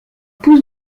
pousse